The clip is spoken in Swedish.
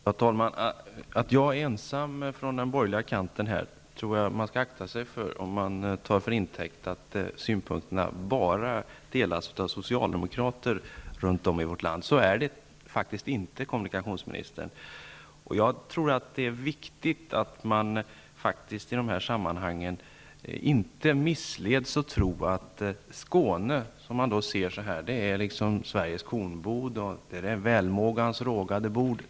Herr talman! Jag är ensam frågeställare från den borgerliga kanten, men man skall akta sig för att ta detta till intäkt för att synpunkterna bara delas av socialdemokrater runt om i vårt land. Så är det faktiskt inte, kommunikationsministern. Jag tror att det är viktigt att man i dessa sammanhang inte missleds att tro att Skåne bara är Sveriges kornbod och en plats för välmåga.